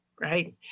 right